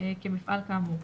כמפעל כאמור,